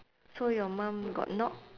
so your mum got knock